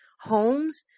homes